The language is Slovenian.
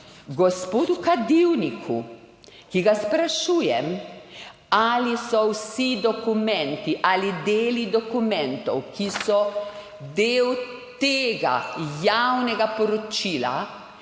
gospodu Kadivniku, ki ga sprašujem, ali so vsi dokumenti ali deli dokumentov, ki so del tega javnega poročila